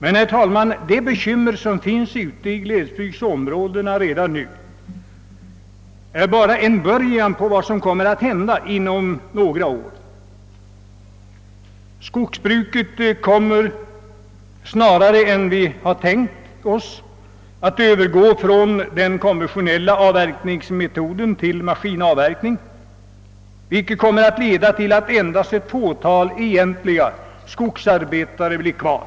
Men, herr talman, de bekymmer som finns ute i glesbygdsområdena nu är bara en början på vad som kommer att hända inom några år. Skogsbruket kommer snarare än vi tänkt oss att övergå från den konventionella arbetsmetoden till maskinavverkning, vilket kommer att leda till att endast ett fåtal egentliga skogsarbetare blir kvar.